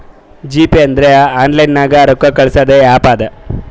GPay ಅಂದುರ್ online ನಾಗ್ ರೊಕ್ಕಾ ಕಳ್ಸದ್ ಆ್ಯಪ್ ಅದಾ